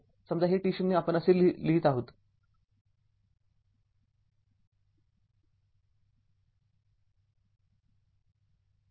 समजाहे t0 आपण असे लिहीत आहोत जर ते ० असेल तर t t0 आणि v0 असेल तर tt0 आपण असे लिहीत आहोत